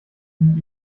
tun